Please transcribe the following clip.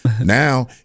Now